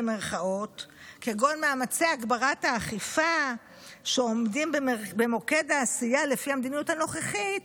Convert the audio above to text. כגון מאמצי הגברת האכיפה שעומדים במוקד העשייה לפי המדיניות הנוכחית,